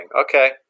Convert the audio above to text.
Okay